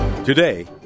Today